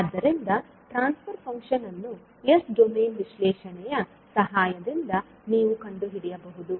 ಆದ್ದರಿಂದ transfer function ಅನ್ನು S domain ವಿಶ್ಲೇಷಣೆಯ ಸಹಾಯದಿಂದ ನೀವು ಕಂಡುಹಿಡಿಯಬಹುದು